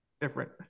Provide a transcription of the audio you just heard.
different